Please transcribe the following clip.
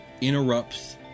interrupts